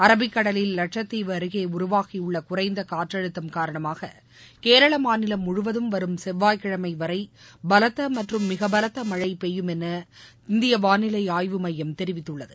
அரபிக்கடலில் லட்சத்தீவு அருகே உருவாகியுள்ள குறைந்த காற்றழுத்தம் காரணமாக கேரள மாநிலம் முழுவதும் வரும் செவ்வாய்க்கிழமை வரை பலத்த மற்றும் மிகபலத்த மழை பெய்யும் என இந்திய வானிலை ஆய்வு மையம் தெரிவித்துள்ளது